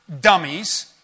dummies